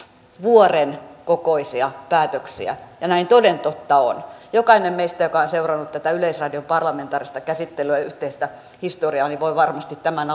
vuoren kokoisia päätöksiä näin toden totta on jokainen meistä joka on seurannut tätä yleisradion parlamentaarista käsittelyä ja yhteistä historiaa voi varmasti tämän